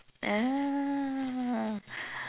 ah